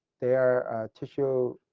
their tissue